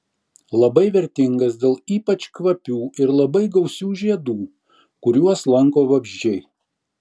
labai vertingas dėl ypač kvapių ir labai gausių žiedų kuriuos lanko vabzdžiai